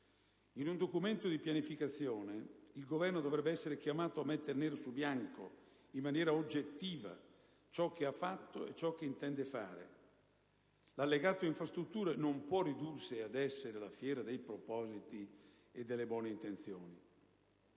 In un documento di pianificazione, il Governo dovrebbe essere chiamato a mettere nero su bianco, in maniera oggettiva, ciò che ha fatto e ciò che intende fare. L'Allegato infrastrutture non può ridursi ad essere la fiera dei propositi e delle buone intenzioni.